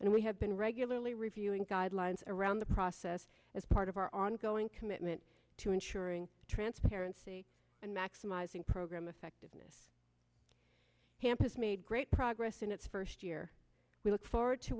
and we have been regularly reviewing guidelines around the process as part of our ongoing commitment to ensuring transparency and maximizing program effectiveness campus made great progress in its first year we look forward to